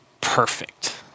perfect